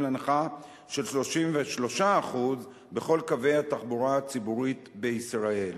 להנחה של 33% בכל קווי התחבורה הציבורית בישראל.